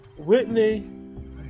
Whitney